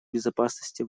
безопасности